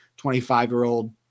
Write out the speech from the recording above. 25-year-old